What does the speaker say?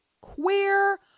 queer